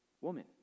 Woman